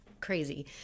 crazy